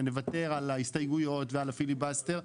שנוותר על ההסתייגויות ועל הפיליבסטר,